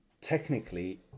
technically